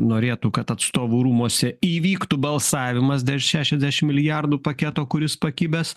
norėtų kad atstovų rūmuose įvyktų balsavimas dėl šešiasdešim milijardų paketo kuris pakibęs